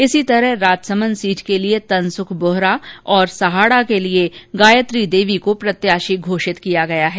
इसी तरह राजसमन्द सीट के लिये तनसुख बोहरा और सहाड़ा के लिये गायत्री देवी को प्रत्याशी घोषित किया गया है